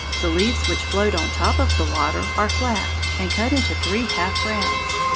the leaves which float on top of the water are flat and cut into three half rounds.